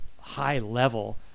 high-level